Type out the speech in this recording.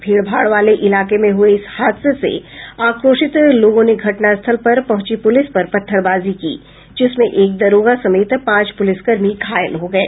भीड़ भाड़ वाले इलाके में हुये इस हादसे से आक्रोशित लोगों ने घटनास्थल पर पहुंची पुलिस पर पत्थरबाजी की जिसमें एक दारोगा समेत पांच पूलिस कर्मी घायल हो गये